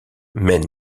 mène